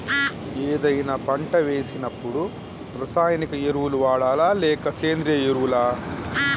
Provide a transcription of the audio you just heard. ఏదైనా పంట వేసినప్పుడు రసాయనిక ఎరువులు వాడాలా? లేక సేంద్రీయ ఎరవులా?